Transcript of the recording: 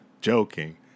joking